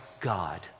God